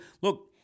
look